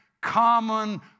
common